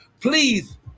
Please